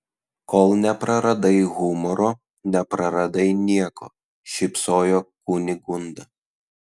kol nepraradai humoro nepraradai nieko šypsojo kunigunda